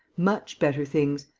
much better things.